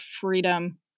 freedom